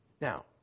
Now